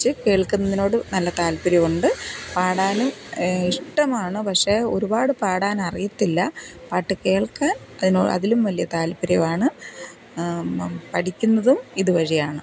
കേൾക്കുന്നതിനോട് നല്ല താല്പര്യമുണ്ട് പാടാനും ഇഷ്ടമാണ് പക്ഷേ ഒരുപാട് പാടാനറിയത്തില്ല പാട്ട് കേൾക്കാൻ അതിലും വലിയ താല്പര്യമാണ് പഠിക്കുന്നതും ഇതുവഴിയാണ്